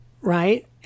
right